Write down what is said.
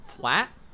flat